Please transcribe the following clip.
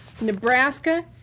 Nebraska